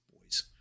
boys